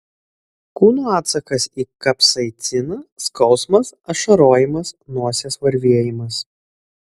kūno atsakas į kapsaiciną skausmas ašarojimas nosies varvėjimas